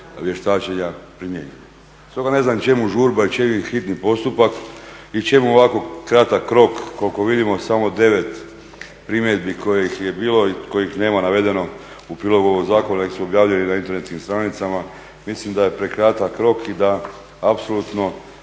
vještačenja primjenjuje. Stoga ne znam čemu žurba i čemu hitni postupak i čemu ovako kratak rok, koliko vidimo samo 9 primjedbi kojih je bilo i kojih nema navedeno u prilogu ovog zakona, neki su objavljeni na internetskim stranicama, mislim da je prekratak rok i da apsolutno